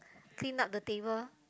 clean up the table